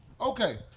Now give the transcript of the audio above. Okay